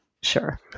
sure